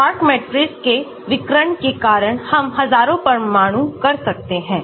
Fock matrix के विकर्ण के कारण हम हजारों परमाणु कर सकते हैं